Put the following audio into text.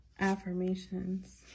affirmations